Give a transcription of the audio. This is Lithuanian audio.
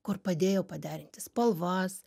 kur padėjo paderinti spalvas